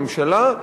הממשלה,